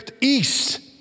east